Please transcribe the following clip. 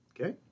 okay